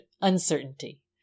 uncertainty